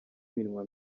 iminwa